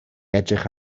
edrych